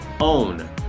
own